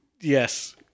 Yes